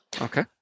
Okay